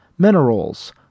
minerals